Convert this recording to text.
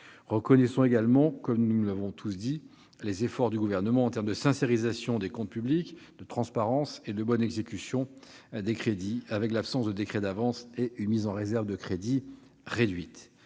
reconnaître également, comme nous l'avons tous fait, les efforts du Gouvernement en matière de sincérisation des comptes publics, de transparence et de bonne exécution des crédits ; je pense à l'absence de décret d'avance et à la mise en réserve de crédits réduite.